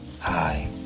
hi